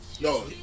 No